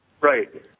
Right